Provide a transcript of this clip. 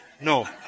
No